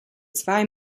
zwei